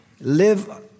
live